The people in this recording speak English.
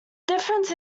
difference